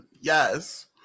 Yes